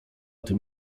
tym